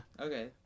Okay